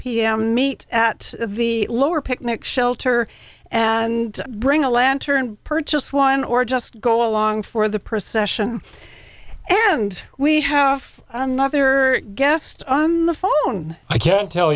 pm meet at the lower picnic shelter and bring a lantern purchased one or just go along for the procession and we have another guest on the phone i can tell